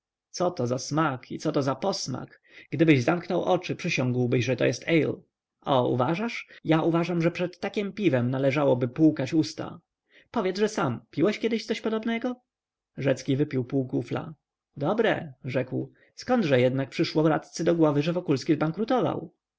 coto za smak i coto za posmak gdybyś zamknął oczy przysiągłbyś że to jest ale o uważasz ja powiadam że przed takiem piwem należałoby płukać usta powiedzże sam piłeś kiedy coś podobnego rzecki wypił pół kufla dobre rzekł zkądże jednak przyszło radcy do głowy że wokulski zbankrutował